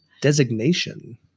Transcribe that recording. Designation